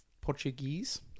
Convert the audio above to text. Portuguese